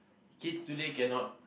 kids today cannot